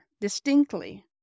distinctly